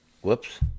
Whoops